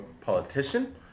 politician